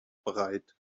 bereit